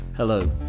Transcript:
Hello